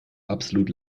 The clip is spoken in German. absolut